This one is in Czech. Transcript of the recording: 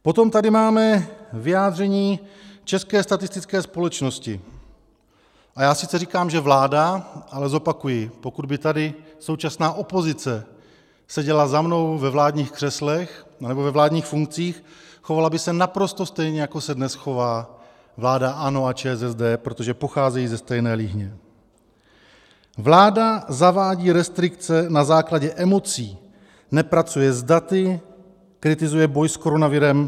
Potom tady máme vyjádření České statistické společnosti, a já sice říkám, že vláda, ale zopakuji pokud by tady současná opozice seděla za mnou ve vládních křeslech nebo ve vládních funkcích, chovala by se naprosto stejně, jako se dnes chová vláda ANO a ČSSD, protože pocházejí ze stejné líhně vláda zavádí restrikce na základě emocí, nepracuje s daty, kritizuje boj s koronavirem.